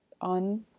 on